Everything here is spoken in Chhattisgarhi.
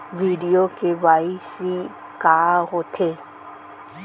वीडियो के.वाई.सी का होथे